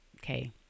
Okay